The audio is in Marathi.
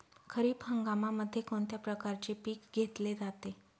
खरीप हंगामामध्ये कोणत्या प्रकारचे पीक घेतले जाते?